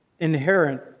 inherent